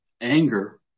anger